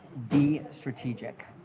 be strategic.